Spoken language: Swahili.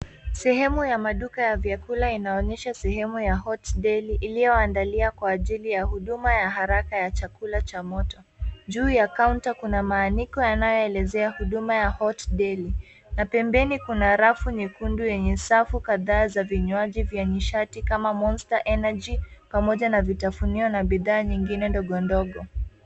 Sehemu ya maduka ya vyakula inaonyesha sehemu ya Hot Deli iliyoandaliwa kwa ajili ya huduma ya haraka ya chakula cha moto. Juu ya kaunta kuna maandiko yanayoelezea huduma ya Hot Deli na pembeni kuna rafu nyekundu yenye safu kadhaa za vinywaji vya nishati kama monster energy pamoja na vitafunio na bidhaa nyingine ndogo ndogo.